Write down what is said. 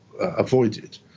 avoided